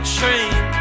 train